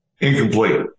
Incomplete